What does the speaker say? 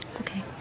Okay